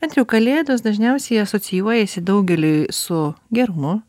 bent jau kalėdos dažniausiai asocijuojasi daugeliui su gerumu